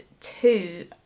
two